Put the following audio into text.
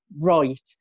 right